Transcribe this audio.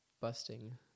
Busting